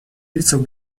лицах